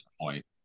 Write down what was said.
point